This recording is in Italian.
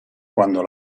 quando